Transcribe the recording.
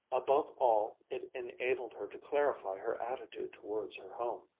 above all it enabled her to clarify her attitude towards her home.